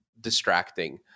distracting